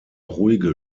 ruhige